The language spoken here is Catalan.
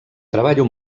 treballo